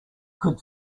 could